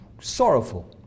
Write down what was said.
sorrowful